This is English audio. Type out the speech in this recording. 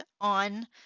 on